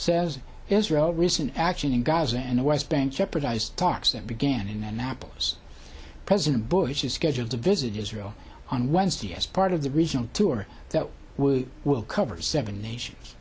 says israel recent action in gaza and the west bank jeopardize talks that began in annapolis president bush is scheduled to visit israel on wednesday as part of the regional tour that will cover seven nations